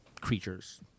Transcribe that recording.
creatures